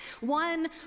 One